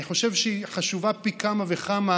אני חושב שהיא חשובה פי כמה וכמה